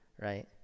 right